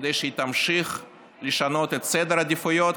כדי שהיא תמשיך לשנות את סדר העדיפויות,